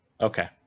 Okay